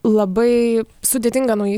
labai sudėtinga naujai